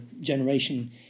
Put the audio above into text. generation